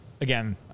again